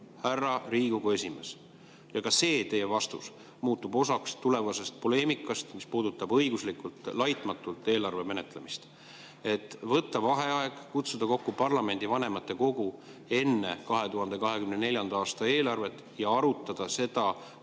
härra Riigikogu esimees – ka see teie vastus muutub osaks tulevasest poleemikast, mis puudutab õiguslikult laitmatut eelarve menetlemist –, on võtta vaheaeg, kutsuda kokku parlamendi vanematekogu enne 2024. aasta eelarve [hääletust] ja